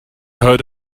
heard